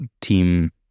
team